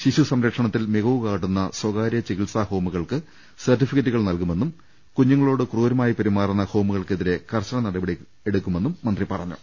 ശിശു സ്ട്രക്ഷണത്തിൽ മികവ് കാട്ടുന്ന സ്ഥകാര്യ ചികിത്സാ ഹോമുകൾക്ക് സർട്ടിഫിക്കറ്റുകൾ നൽകുമെന്നും കുഞ്ഞുങ്ങളോട് ക്രൂരമായി പെരുമാറുന്ന ഹോമുകൾക്കെതിരെ കർശന നടപടിയെടുക്കുമെന്നും മന്ത്രി പുറഞ്ഞു